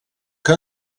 que